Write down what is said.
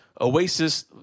Oasis